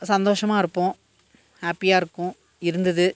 சந்தோசமாக இருப்போம் ஹாப்பியாக இருக்கும் இருந்தது